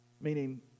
meaning